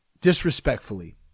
disrespectfully